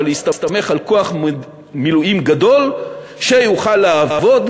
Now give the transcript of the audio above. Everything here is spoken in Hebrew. אבל להסתמך על כוח מילואים גדול שיוכל לעבוד,